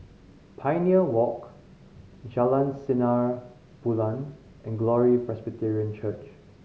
Pioneer Walk Jalan Sinar Bulan and Glory Presbyterian Church